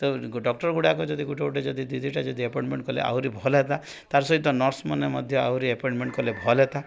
ତ ଡକ୍ଟରଗୁଡ଼ାକ ଯଦି ଗୋଟେ ଗୋଟେ ଯଦି ଦୁଇ ଦୁଇଟା ଯଦି ଏପଏଣ୍ଟମେଣ୍ଟ୍ କଲେ ଆହୁରି ଭଲ ହୁଅନ୍ତା ତା ସହିତ ନର୍ସମାନେ ମଧ୍ୟ ଆହୁରି ଏପଏଣ୍ଟ୍ମେଣ୍ଟ୍ କଲେ ଭଲ ହୁଅନ୍ତା